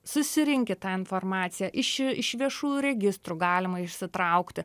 susirinkit tą informaciją iš iš viešųjų registrų galima išsitraukti